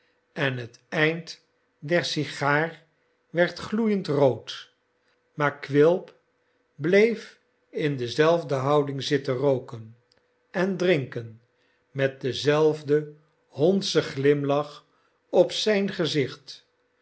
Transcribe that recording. en het eind der sigaar werd gloeiend rood maar quilp bleef in dezelfde houding zitten rooken en drinken met denzelfden hondschen glimlach op zijn gezicht